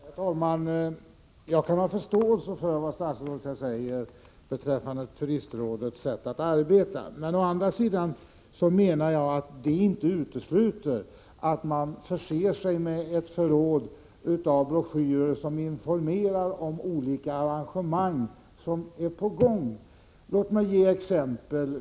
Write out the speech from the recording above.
Herr talman! Jag har full förståelse för vad statsrådet här säger beträffande turistrådets sätt att arbeta. Å andra sidan menar jag att detta inte utesluter att man förser sig med ett förråd av broschyrer som informerar om olika arrangemang som är på gång. Låt mig ge ett exempel.